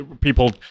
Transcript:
people